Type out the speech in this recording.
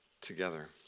together